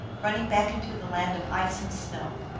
running back into the land of ice and snow.